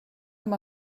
amb